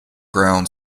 ground